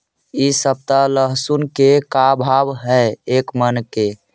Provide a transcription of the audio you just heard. इ सप्ताह लहसुन के का भाव है एक मन के?